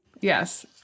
Yes